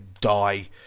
die